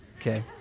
Okay